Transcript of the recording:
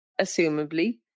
assumably